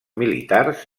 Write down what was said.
militars